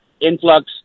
influx